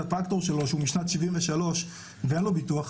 הטרקטור שלו שהוא משנת 1973 ואין לו ביטוח,